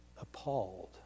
appalled